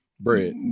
bread